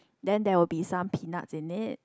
then there will be some peanuts in it